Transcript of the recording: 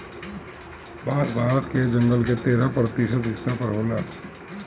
बांस भारत के जंगल के तेरह प्रतिशत हिस्सा पर होला